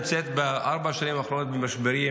בארבע השנים האחרונות המדינה נמצאת במשברים,